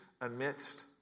amidst